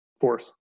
force